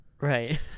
Right